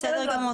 בסדר גמור,